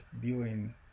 viewing